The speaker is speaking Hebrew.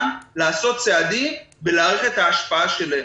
לעשות צעדים ולהעריך את ההשפעה שלהם.